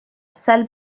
salle